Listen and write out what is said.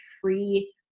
free